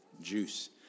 juice